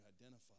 identify